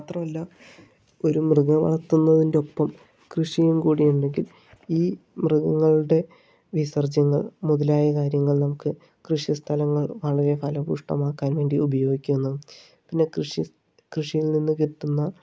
മാത്രല്ല ഒരു മൃഗം വളർത്തുന്നതിൻ്റെ ഒപ്പം കൃഷിയും കൂടി ഉണ്ടെങ്കിൽ ഈ മൃഗങ്ങളുടെ വിസർജ്യങ്ങൾ മുതലായ കാര്യങ്ങൾ നമുക്ക് കൃഷി സ്ഥലങ്ങൾ വളരെ ഫലഭൂയിഷ്ടമാക്കാൻ വേണ്ടി ഉപയോഗിക്കാവുന്നതാണ് പിന്നെ കൃഷി കൃഷിയിൽ നിന്ന് കിട്ടുന്ന